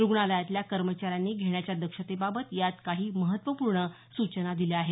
रुग्णालयातल्या कर्मचाऱ्यांनी घेण्याच्या दक्षतेबाबत यात काही महत्त्वपूर्ण सूचना दिल्या आहेत